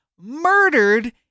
murdered